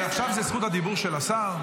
עכשיו זו זכות הדיבור של השר.